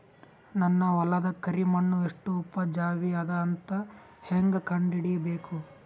ನನ್ನ ಹೊಲದ ಕರಿ ಮಣ್ಣು ಎಷ್ಟು ಉಪಜಾವಿ ಅದ ಅಂತ ಹೇಂಗ ಕಂಡ ಹಿಡಿಬೇಕು?